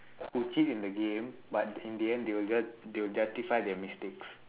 who cheat in the game but in the end they will just~ they will justify their mistakes